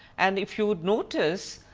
and if you notice,